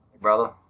brother